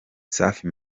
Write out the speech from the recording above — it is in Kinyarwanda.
safi